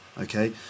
Okay